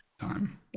time